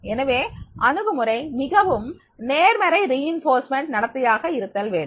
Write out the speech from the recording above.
எனவே அணுகுமுறை மிகவும் நேர்மறை வலுவூட்டல் நடத்தை ஆக இருத்தல் வேண்டும்